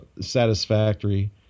satisfactory